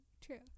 True